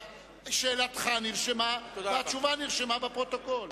שאלתך נרשמה והתשובה נרשמה בפרוטוקול.